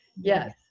Yes